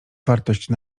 wartości